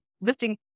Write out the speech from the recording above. lifting